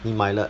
你买了